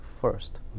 first